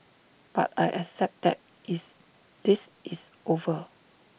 but I accept that is this is over